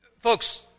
Folks